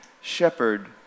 shepherd